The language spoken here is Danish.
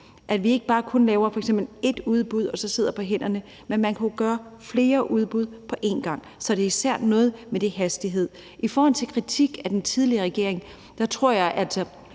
f.eks. ikke kun laver ét udbud og man så sidder på hænderne, men at man jo kunne lave flere udbud på en gang. Så det er især noget med hastigheden. I forhold til kritikken af den tidligere regering tror jeg